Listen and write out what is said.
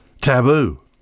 taboo